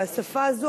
והשפה הזו,